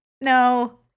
no